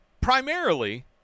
primarily